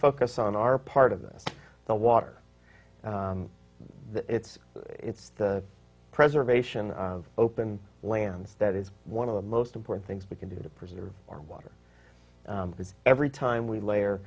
focus on our part of this the water that it's it's the preservation of open lands that is one of the most important things we can do to preserve our water it's every time we layer